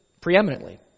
preeminently